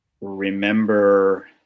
remember